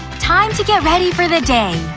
time to get ready for the day.